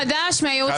מי בוחר